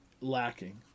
lacking